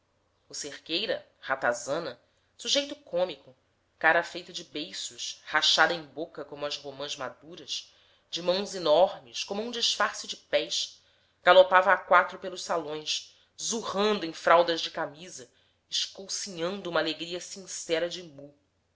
o cerqueira ratazana sujeito cômico cara feita de beiços rachada em boca como as romãs maduras de mãos enormes como um disfarce de pés galopava a quatro pelos salões zurrando em fraldas de camisa escoucinhando uma alegria sincera de mu